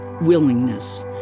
willingness